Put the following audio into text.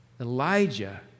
Elijah